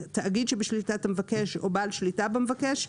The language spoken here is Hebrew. תאגיד שבשליטת המבקש או בעל שליטה במבקש,